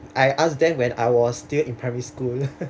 I ask them when I was still in primary school